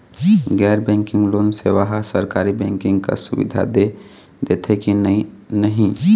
गैर banking loan सेवा हा सरकारी बैंकिंग कस सुविधा दे देथे कि नई नहीं?